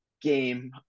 game